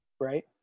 Right